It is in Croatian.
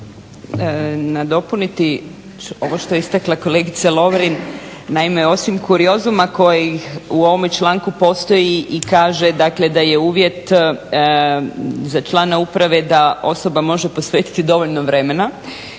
nadopuniti ovo što je istakla kolegica Lovrin. Naime, osim kuriozuma kojih u ovome članku postoji i kaže dakle da je uvjet za člana uprave da osoba može posvetiti dovoljno vremena